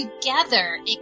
together